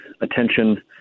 attention